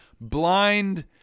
blind